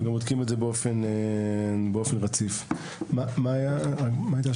מה היה ההמשך?